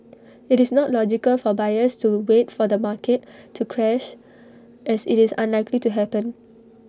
IT is not logical for buyers to wait for the market to crash as IT is unlikely to happen